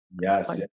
Yes